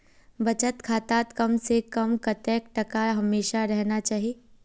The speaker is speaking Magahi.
बचत खातात कम से कम कतेक टका हमेशा रहना चही?